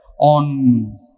on